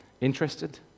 interested